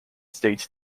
states